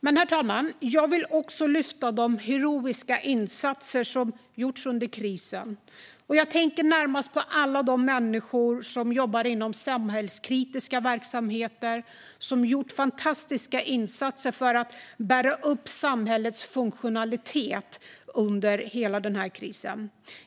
Herr talman! Jag vill också lyfta fram de heroiska insatser som har gjorts under krisen. Jag tänker närmast på alla människor som jobbar inom samhällskritiska verksamheter och som under hela krisen har gjort fantastiska insatser för att bära upp samhällets funktionalitet.